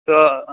تو